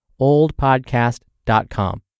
oldpodcast.com